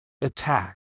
attack